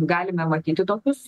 galime matyti tokius